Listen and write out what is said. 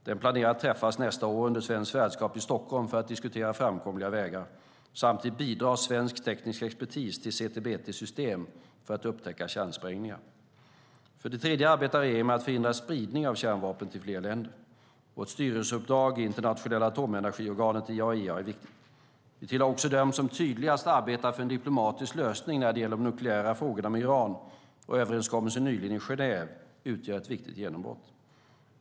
Den planerar att träffas nästa år under svenskt värdskap i Stockholm för att diskutera framkomliga vägar. Samtidigt bidrar svensk teknisk expertis till CTBT:s system för att upptäcka kärnsprängningar. För det tredje arbetar regeringen med att förhindra spridning av kärnvapen till fler länder. Vårt styrelseuppdrag i Internationella atomenergiorganet, IAEA, är viktigt. Vi tillhör också dem som tydligast arbetat för en diplomatisk lösning när det gäller de nukleära frågorna med Iran, och överenskommelsen nyligen i Genève utgör ett viktigt genombrott.